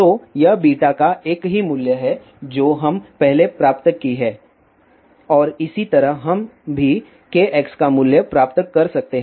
तो यह β का एक ही मूल्य है जो हम पहले प्राप्त की है और इसी तरह हम भी kx का मूल्य प्राप्त कर सकते है